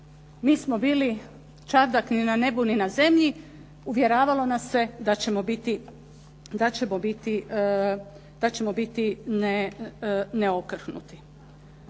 mi smo bili čardak ni na nebu, ni na zemlji. Uvjeravalo nas se da ćemo biti neokrhnuti.